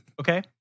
Okay